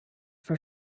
for